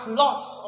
lots